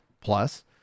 plus